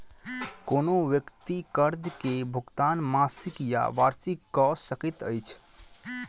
कोनो व्यक्ति कर्ज के भुगतान मासिक या वार्षिक कअ सकैत अछि